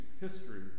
history